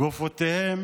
גופותיהם